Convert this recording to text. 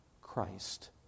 Christ